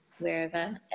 wherever